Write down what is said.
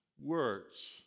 words